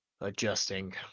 adjusting